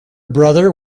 brother